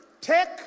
take